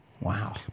Wow